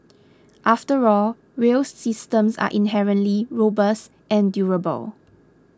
after all rail systems are inherently robust and durable